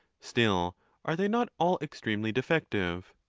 still are they not all ex tremely defective?